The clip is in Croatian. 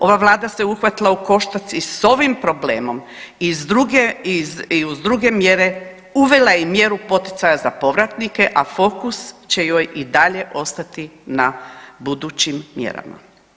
Ova vlada se uhvatila u koštac i s ovim problemom i s druge i uz druge mjere uvela je mjeru poticaja za povratnike, a fokus će joj i dalje ostati na budućim mjerama.